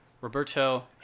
Roberto